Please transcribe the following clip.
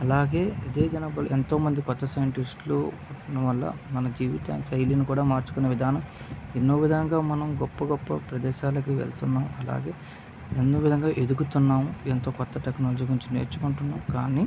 అలాగే ఎంతో మంది కొత్త సైంటిస్టులు ఉండడం వల్ల మన జీవితం శైలిని కుడా మార్చుకునే విధానం ఎన్నో విధాలుగా మనం గొప్ప గొప్ప ప్రదేశాలకు వెళుతున్నాం అలాగే ఎన్నో విధంగా ఎదుగుతున్నాము ఎంతో క్రొత్త టెక్నాలజీ నేర్చుకున్నాము కానీ